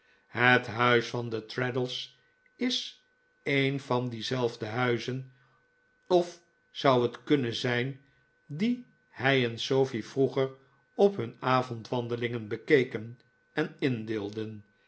het huis van traddles is een van diezelfde huizen of zou het kunnen zijn die hij en sofie vroeger op hun avondwandelingen belceken en indeelden